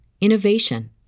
innovation